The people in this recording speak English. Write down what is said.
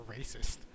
racist